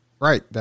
Right